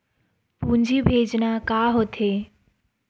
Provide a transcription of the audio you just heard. पूंजी भेजना का होथे?